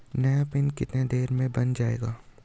नया पिन कितने दिन में बन जायेगा?